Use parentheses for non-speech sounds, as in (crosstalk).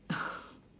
(laughs)